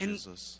Jesus